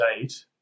date